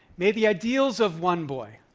may the ideals of one boy